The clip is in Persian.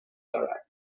دارد